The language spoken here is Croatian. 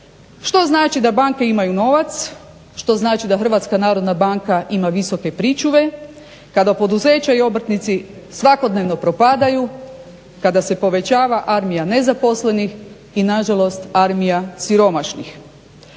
Što znači da banke imaju novac, što znači da HNB ima visoke pričuve kada poduzeća i obrtnici svakodnevno propadaju, kada se povećava armija nezaposlenih i nažalost armija siromašnih.